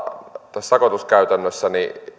tässä sakotuskäytännössä